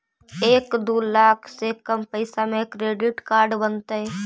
एक दू लाख से कम पैसा में क्रेडिट कार्ड बनतैय?